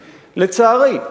לצערי,